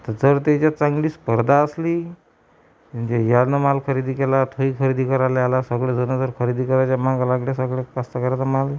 आता जर त्याच्यात चांगली स्पर्धा असली म्हणजे ह्यांनं माल खरेदी केला तोही खरेदी करायला आला सगळेजणं जर खरेदी करायच्या मागं लागले सगळे कष्टकऱ्याचा माल